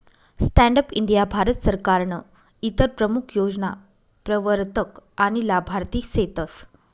stand up India Bharat सरकारनं इतर प्रमूख योजना प्रवरतक आनी लाभार्थी सेतस